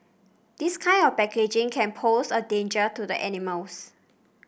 this kind of packaging can pose a danger to the animals